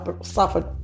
suffered